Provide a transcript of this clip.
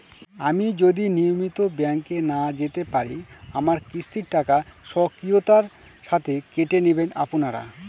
আমি যদি নিয়মিত ব্যংকে না যেতে পারি আমার কিস্তির টাকা স্বকীয়তার সাথে কেটে নেবেন আপনারা?